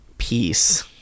Peace